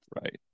right